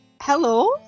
Hello